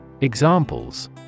Examples